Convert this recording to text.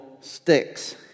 sticks